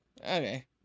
Okay